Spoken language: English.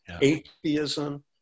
atheism